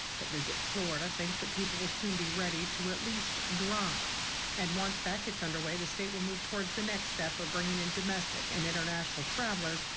but visit florida things that people will soon be ready to at least drive and once that gets under way the state will move towards the next step of bringing in domestic and international travelers.